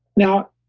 now,